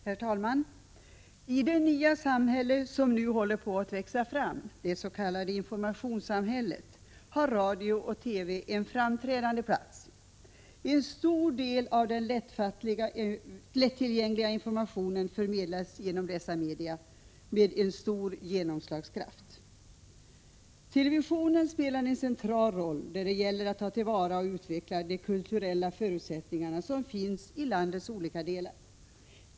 Herr talman! I det nya samhälle som nu håller på att växa fram, det s.k. informationssamhället, har radio och TV en framträdande plats. En stor del av den lättillgängliga informationen förmedlas genom dessa medier med stor genomslagskraft. Televisionen spelar en central roll när det gäller att ta till vara och utveckla de kulturella förutsättningar som finns i landets olika delar.